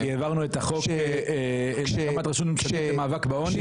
כי העברנו את החוק למאבק בעוני?